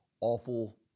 awful